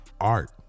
art